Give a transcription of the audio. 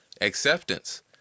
acceptance